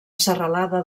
serralada